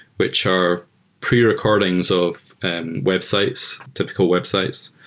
which are pre-recordings of and websites, typical websites,